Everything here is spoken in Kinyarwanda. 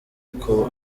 uko